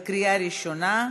לקריאה ראשונה.